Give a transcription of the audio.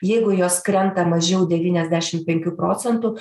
jeigu jos krenta mažiau devyniasdešim penkių procentų